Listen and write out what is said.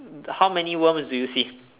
how many worms do you see